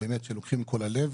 שלוקחים מכל הלב.